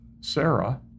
Sarah